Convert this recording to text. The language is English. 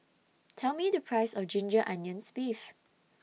Tell Me The Price of Ginger Onions Beef